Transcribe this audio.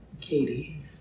Katie